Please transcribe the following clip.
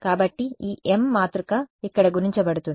కాబట్టి ఈ m మాతృక ఇక్కడ గుణించబడుతుంది